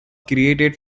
created